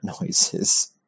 noises